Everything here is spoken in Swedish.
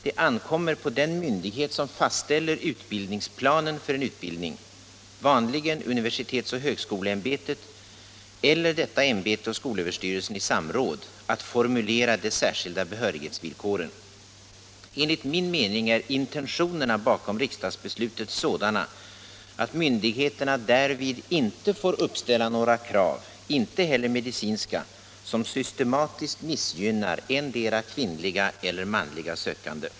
Det ankommer på den myndighet som fastställer utbildningsplanen för en utbildning — vanligen universitetsoch högskoleämbetet eller detta ämbete och skolöverstyrelsen i samråd — att formulera de särskilda behörighetsvillkoren. Enligt min mening är intentionerna bakom riksdagsbeslutet sådana att myndigheterna därvid inte får uppställa några krav, inte heller medicinska, som systematiskt missgynnar endera kvinnliga eller manliga sökande.